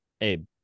Abe